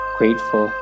grateful